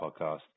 podcast